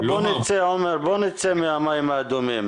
עומר, בוא נצא מהמים האדומים.